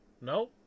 No